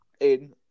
Aiden